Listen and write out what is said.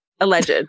Alleged